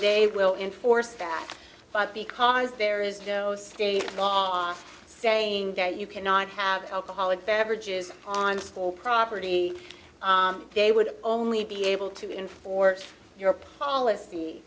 they will enforce that but because there is no state laws saying that you cannot have alcoholic beverages on school property they would only be able to enforce your policy